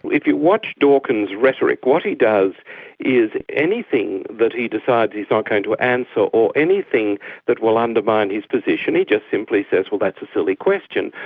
if you watch dawkins's rhetoric, what he does is, anything that he decides he's not going to answer and so or anything that will undermine his position, he just simply says, well that's a silly question,